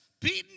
beaten